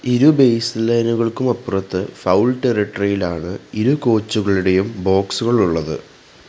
ഇരു ബേസ്ലൈനുകൾക്കുമപ്പുറത്ത് ഫൗൾ ടെറിട്ടറിയിലാണ് ഇരു കോച്ചുകളുടെയും ബോക്സുകളുള്ളത്